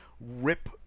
rip